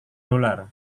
dolar